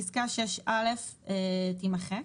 פסקה (6א) תימחק,